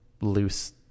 loose